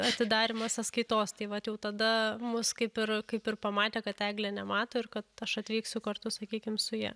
atidarymą sąskaitos tai vat jau tada mus kaip ir kaip ir pamatė kad eglė nemato ir kad aš atvyksiu kartu sakykim su ja